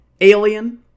Alien